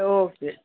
okay